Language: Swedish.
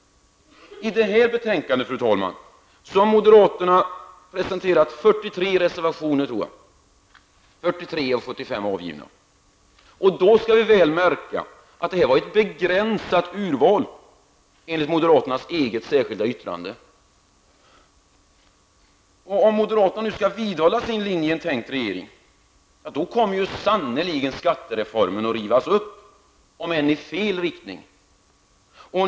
I detta betänkande har moderaterna presenterat 43 reservationer, av 75 avgivna. Och då väl att märka att detta var ett begränsat urval enligt moderaternas eget särskilda yttrande. Om moderaterna skall vidhålla sin linje i en tänkt regering då kommer sannerligen skattereformen att rivas upp, om än i fel riktning.